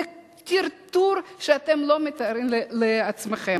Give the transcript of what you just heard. זה טרטור שאתם לא מתארים לעצמכם.